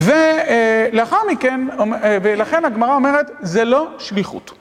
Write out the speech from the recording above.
ולאחר מכן, ולכן הגמרא אומרת, זה לא שליחות.